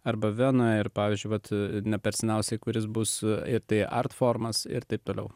arba venoje ir pavyzdžiui bet ne per seniausiai kuris bus ir taip arti formas ir taip toliau